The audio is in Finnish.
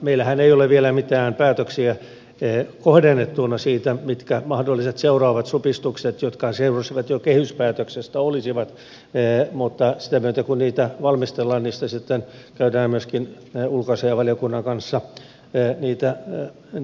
meillähän ei ole vielä mitään päätöksiä kohdennettuina siitä mitkä mahdolliset seuraavat supistukset joita seurasi jo kehyspäätöksestä olisivat mutta sen myötä kun niitä valmistellaan niitä sitten käydään myöskin ulkoasiainvaliokunnan kanssa lävitse